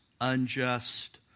unjust